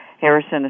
Harrison